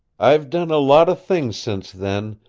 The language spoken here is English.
i've done a lot of things since then,